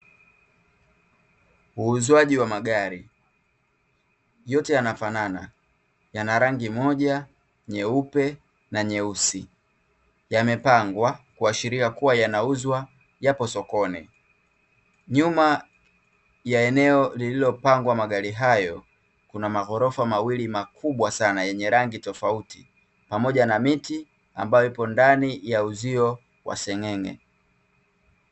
uzwaji wa magari yote yana fanana yana rangi moja nyeupe na nyeusi yamepangwa kuashiria kuwa yanauzwa yapo sokoni. nyuma ya eneo liliopangwa magari hayo kuna magorofa mawili makubwa sana yenye rangi tofauti pamoja na miti ambayo ipo ndanhttps://swahili-tanzania255.web.app/assets/play-button-321e4809.pngi ya uzio wa sengenge